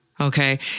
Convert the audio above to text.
okay